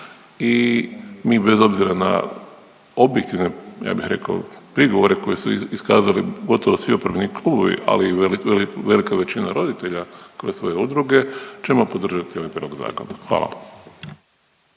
i mi bez obzira na objektivne ja bih rekao prigovore koje su iskazali gotovo svi oporbeni klubovi, ali i velika većina roditelja kroz svoje udruge ćemo podržati ovaj prijedlog zakona. Hvala.